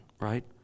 right